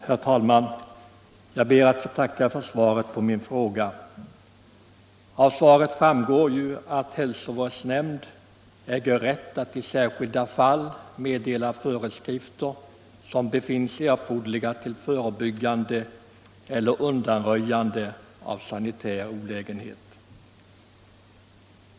Herr talman! Jag ber att få tacka för svaret på min fråga. Av svaret framgår att hälsovårdsnämnd äger rätt att i särskilda fall meddela föreskrifter som befinns erforderliga till förebyggande eller undanröjande av sanitär olägenhet.